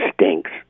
stinks